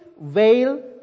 veil